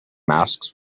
masks